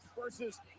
versus